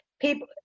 people